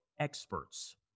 experts